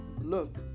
look